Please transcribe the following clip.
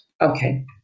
Okay